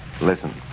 Listen